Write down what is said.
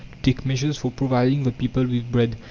take measures for providing the people with bread.